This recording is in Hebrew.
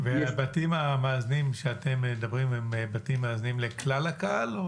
והבתים המאזנים שאתם מדברים הם בתים מאזנים לכלל הקהל?